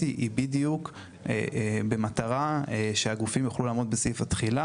היא שהגופים יוכלו לעמוד בסעיף התחילה.